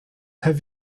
have